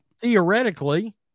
Theoretically